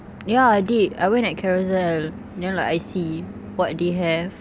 ya I did I went at carousell then I see what they have